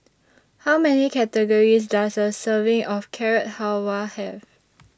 How Many Calories Does A Serving of Carrot Halwa Have